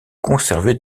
conserver